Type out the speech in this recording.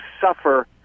suffer